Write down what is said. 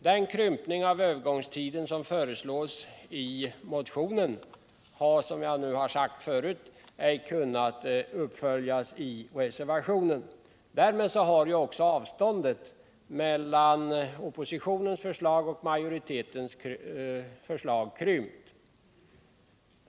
Den krympning av övergångstiden som föreslås i motionen har, som jag sagt förut, ej kunnat uppföljas i reservationen. Därmed har också avståndet mellan oppositionens och majoritetens förslag krympt.